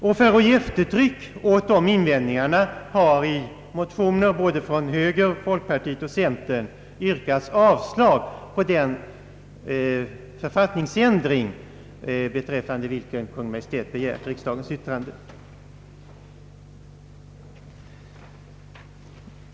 I motioner både från högern, folkpartiet och centern har — för att ge eftertryck åt invändningarna — yrkats avslag på den författningsändring beträffande vilken Kungl. Maj:t har begärt riksdagens yttrande.